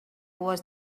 was